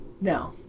No